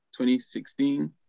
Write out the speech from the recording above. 2016